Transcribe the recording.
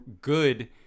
good